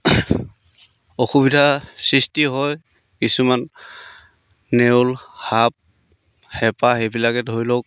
অসুবিধা সৃষ্টি হয় কিছুমান নেউল সাপ হেপা এইবিলাকে ধৰি লওক